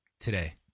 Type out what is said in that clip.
today